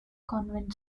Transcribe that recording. convent